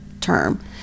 term